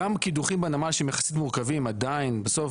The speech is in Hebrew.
גם קידוחים בנמל שהם יחסית מורכבים עדיין בסוף